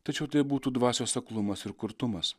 tačiau tai būtų dvasios aklumas ir kurtumas